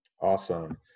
Awesome